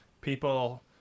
people